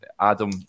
Adam